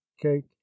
cake